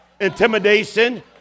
intimidation